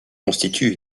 constitue